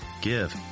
Give